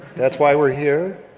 that's why we're here.